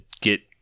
get